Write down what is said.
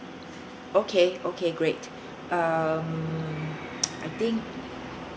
okay okay great